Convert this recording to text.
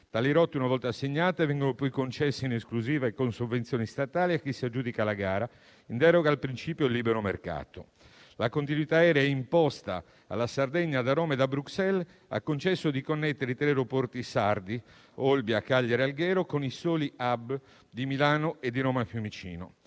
Tali rotte, una volta assegnate, vengono poi concesse in esclusiva e con sovvenzioni statali a chi si aggiudica la gara, in deroga al principio del libero mercato. La continuità aerea imposta alla Sardegna da Roma e da Bruxelles ha concesso di connettere i tre aeroporti sardi (Olbia, Cagliari e Alghero) con i soli *hub* di Milano e di Roma Fiumicino.